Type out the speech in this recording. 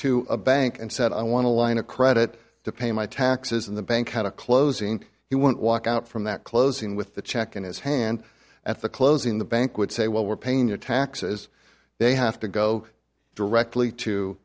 to a bank and said i want a line of credit to pay my taxes in the bank had a closing he won't walk out from that closing with the check in his hand at the closing the bank would say well we're paying your taxes they have to go directly to